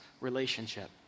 relationship